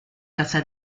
casa